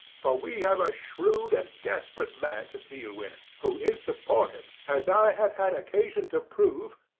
for we have a shrewd and desperate man to deal with, who is supported, as i have had occasion to prove,